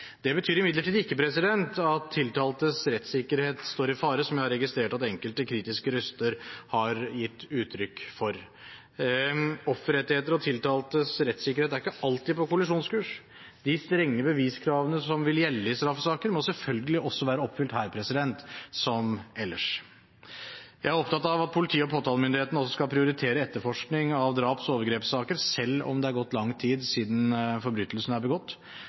Det betyr imidlertid ikke at tiltaltes rettssikkerhet står i fare, som jeg har registrert at enkelte kritiske røster har gitt uttrykk for. Offerrettigheter og tiltaltes rettssikkerhet er ikke alltid på kollisjonskurs. De strenge beviskravene som vil gjelde i straffesaker må selvfølgelig også være oppfylt her – som ellers. Jeg er opptatt av at politi- og påtalemyndigheten også skal prioritere etterforskning av draps- og overgrepssaker, selv om det er gått lang tid siden forbrytelsen er begått.